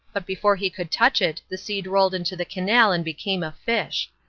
but before he could touch it the seed rolled into the canal and became a fish.